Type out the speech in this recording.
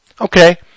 okay